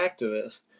activist